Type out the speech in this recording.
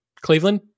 Cleveland